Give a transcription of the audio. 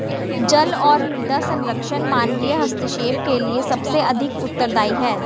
जल और मृदा संरक्षण मानवीय हस्तक्षेप के लिए सबसे अधिक उत्तरदायी हैं